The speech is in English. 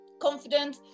confident